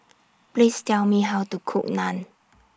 Please Tell Me How to Cook Naan